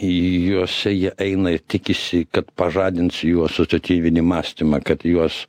į juos jie eina ir tikisi kad pažadins jų asociatyvinį mąstymą kad juos